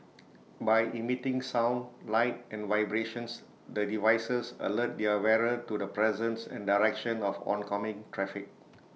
by emitting sound light and vibrations the devices alert their wearer to the presence and direction of oncoming traffic